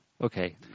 Okay